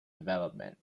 development